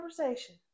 conversation